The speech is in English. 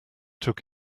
took